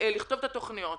לכתוב את התוכניות.